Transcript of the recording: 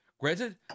Granted